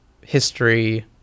history